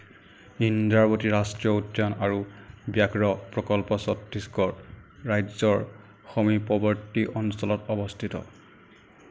ইন্দ্ৰাৱতী ৰাষ্ট্ৰীয় উদ্যান আৰু ব্যাঘ্ৰ প্ৰকল্প ছত্তিশগড় ৰাজ্যৰ সমীপৱৰ্তী অঞ্চলত অৱস্থিত